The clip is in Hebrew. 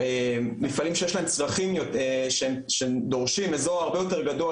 מפעלים שיש להם צרכים שהם דורשים אזור הרבה יותר גדול,